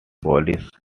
polish